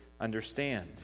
understand